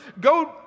go